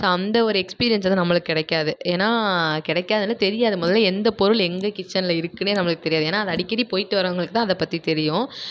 so அந்த ஒரு எக்ஸ்பீரியன்ஸைதான் நம்மளுக்கு கிடைக்காது ஏனால் கிடைக்காதுன்னு தெரியாது முதல்ல எந்த பொருள் எங்கே கிச்சனில் இருக்குனே நம்மளுக்கு தெரியாது ஏனால் அது அடிக்கடி போயிட்டு வரவங்களுக்குதான் அதை பற்றி தெரியும்